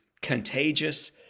contagious